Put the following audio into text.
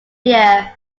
year